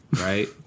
right